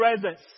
presence